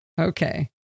Okay